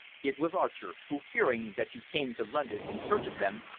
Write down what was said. it was archer, who, fearing that you came to london in search of them,